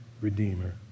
redeemer